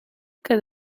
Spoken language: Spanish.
que